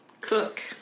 Cook